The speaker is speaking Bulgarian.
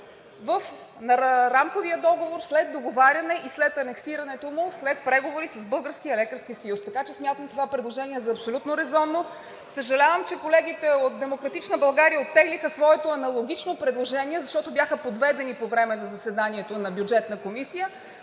в Рамковия договор след договаряне и след анексирането му след преговори с Българския лекарски съюз. Така че смятам това предложение за абсолютно резонно. Съжалявам, че колегите от „Демократична България“ оттеглиха своето аналогично предложение, защото бяха подведени по време на заседанието на Бюджетната комисия,